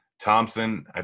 Thompson